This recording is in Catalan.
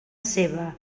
seva